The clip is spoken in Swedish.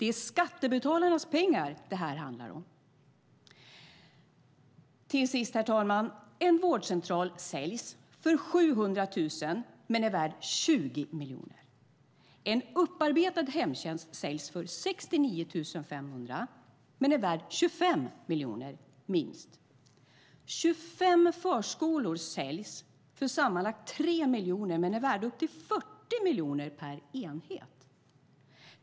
Det är skattebetalarnas pengar det här handlar om. Avslutningsvis, herr talman: En vårdcentral säljs för 700 000 men är värd 20 miljoner.